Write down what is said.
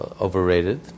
overrated